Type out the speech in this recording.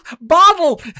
bottle